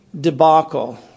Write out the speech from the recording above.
debacle